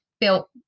built